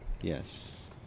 Yes